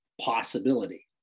possibility